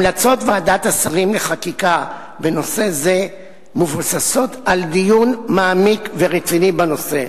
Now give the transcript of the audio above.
המלצות ועדת השרים לחקיקה בנושא זה מבוססות על דיון מעמיק ורציני בנושא.